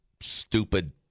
stupid